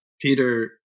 Peter